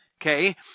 okay